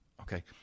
okay